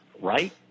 right